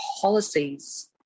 policies